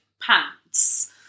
pants